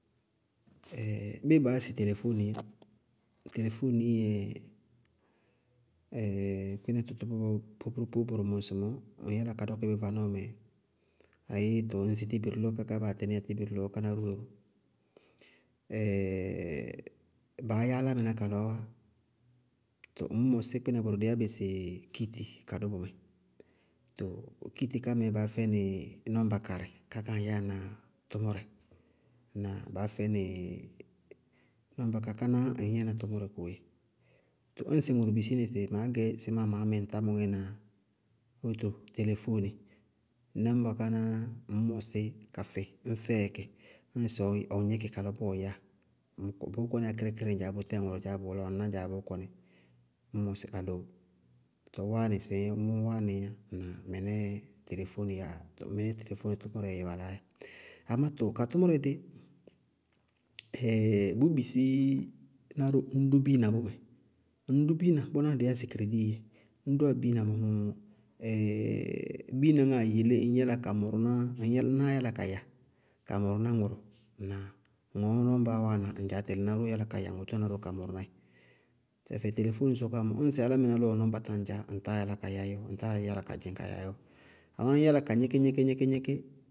béé baá yá sɩ telefóoniiyá ɛɛɛɩ telefóoni dzɛ kpínɛ tʋtʋbíbɔ pópórópóó bʋrʋ ŋsɩmɔɔ, ŋñ yála ka dɔkʋ bɩ vanɔɔmɛ, ayéé tɔɔ ŋsɩ tébirilɔ kakaá baa tɩníya tébirilɔ káná ró wɛ. baá yá álámɩná kalɔɔ wá, too ŋñ mɔsí kpínɛ bʋrʋ baá yá bɩ sɩ kíiti ka dʋ bʋmɛ, too kíiti ká mɛɛ baá fɛnɩ nɔñba karɩ ká kaá ŋŋyɛa na tʋmʋrɛ, na bá fɛnɩ nɔñba ká, kánáá ŋñyɛna tʋmʋrɛ kóoyɛ. Ñŋsɩ ŋʋrʋ bisí nɩ sɩ maá gɛ sɩ má maá mí ŋ támʋŋɛ na wóto, telefóoni, nɔñba kánáá ŋñ mɔsɩ ka fɛɩ ñ fɛyá í, ñŋsɩ ɔ gníkɩ ka lɔ bʋ ɔyáa, bʋʋ kɔní kíríkírí yá ŋdzaá, bʋtɛɛ ŋʋrʋ dzaá bɔɔ, ná dzaá bʋʋ kɔní. Ññ mɔsɩ aloó! Tɔɔ wáánɩ! Sɩ ɩíŋ! Mʋ waanɩí yá. Ŋnáa? Tɔɔ mɩnɛɛ telefóoni yá, mɩnɛɛ telefóoni tʋmʋrɛ valáá dzɛ. Amá too ka tʋmʋrɛ dí, bʋʋ bisí ná ró ñ dʋ ŋtɩtɩŋɛ biina bʋmɛ, ŋñ dʋ biina, bʋnáá dɩí yá sɩ keredíii dzɛ. Ñ dʋwá biina bʋ mɔ biina ŋáa yelé ŋñ yála ka mʋrʋ náá, náá yála ka ya ka mʋrʋ ná ŋʋrʋ. Ŋnáa? Ŋɔɔ nɔñbaá wáana ŋdzaá tɛlɩ náróó yála ka ya ŋʋ tʋna ró ka mʋrʋ ná ɩ tɛfɛ telefóonii sɔkɔwá mɔɔ, ñŋsɩ álámɩná lɔ nɔñba tá ŋdzaá, ŋtáa yála ka yaí ɔɔ, ŋñ yála ka gníka yaí ɔɔ, amá ŋñ yála ka gníkí-gníkí- gníkí.